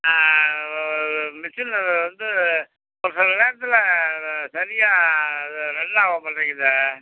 மிசின்ல வந்து ஒரு சில நேரத்தில் சரியாக இது ரன் ஆக மாட்டேங்குதே